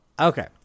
Okay